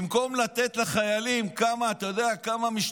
במקום לתת לחיילים כמה משלוחים,